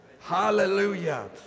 hallelujah